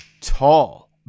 tall